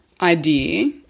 idea